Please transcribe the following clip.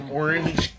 orange